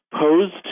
posed